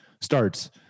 starts